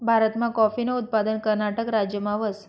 भारतमा काॅफीनं उत्पादन कर्नाटक राज्यमा व्हस